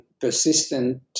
persistent